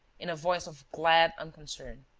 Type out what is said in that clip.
in a voice of glad unconcern